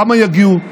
כמה יגיעו,